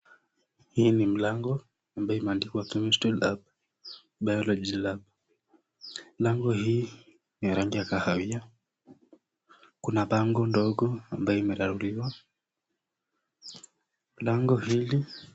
Hii ni mlango ambayo imeandikwa Chemistry lab Biology lab . Lango hii ni ya rangi ya kahawia . Kuna bango ndogo ambayo imeraruliwa . Lango hili.